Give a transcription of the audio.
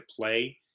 play